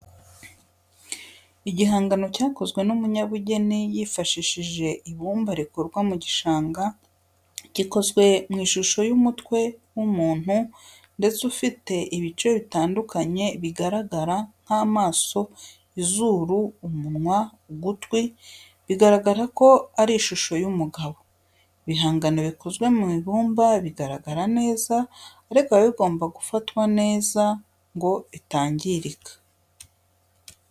Igihangano cyakozwe n'umunyabugeni yifashishije ibumba rikurwa mu gishanga gikozwe mu ishusho y'umutwe w'umuntu ndetse ufite ibice bitandukanye bigaragara nk'amaso, izuru, umunwa, ugutwi, bigaragara ko ari ishusho y'umugabo. Ibihangano bikozwe mu ibumba bigaragara neza ariko biba bigomba gufatwa neza ngo bitangirika.